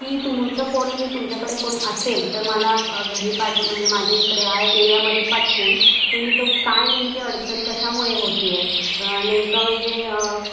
की तुमचं कोणी तुमच्याकडे कोणी असेल तर मला घरी पाठव म्हणजे माझ्या इकडे या एरियामध्ये पाठवून तुम्ही तो काय नेमकी अडचण कशामुळे होतीय नेमकं म्हणजे